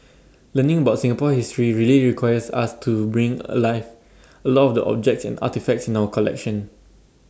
learning about Singapore history really requires us to bring alive A lot of objects and artefacts in our collection